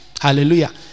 hallelujah